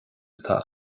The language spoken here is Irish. atá